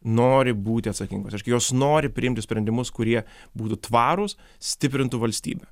nori būti atsakingos reiškia jos nori priimti sprendimus kurie būtų tvarūs stiprintų valstybę